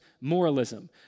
moralism